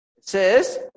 says